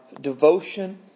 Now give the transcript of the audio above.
devotion